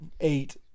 eight